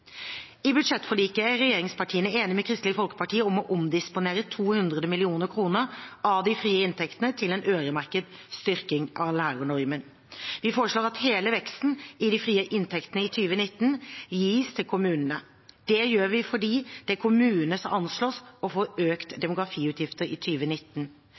I budsjettforliket er regjeringspartiene enige med Kristelig Folkeparti om å omdisponere 200 mill. kr av de frie inntektene til en øremerket styrking av lærernormen. Vi foreslår at hele veksten i de frie inntektene i 2019 gis til kommunene. Det gjør vi fordi det er kommunene som anslås å få økte demografiutgifter i